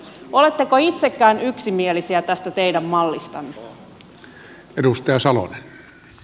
oletteko itsekään yksimielisiä tästä teidän mallistanne